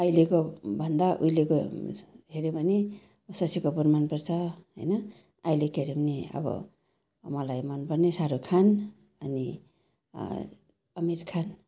अहिलेको भन्दा उहिलेको हेऱ्यो भने शशी कपुर मनपर्छ होइन अहिको हेऱ्यो भने अब मलाई मनपर्ने शाहरूख खान अनि अमिर खान